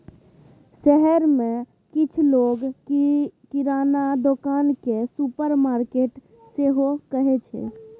शहर मे किछ लोक किराना दोकान केँ सुपरमार्केट सेहो कहै छै